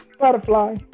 Butterfly